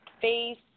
face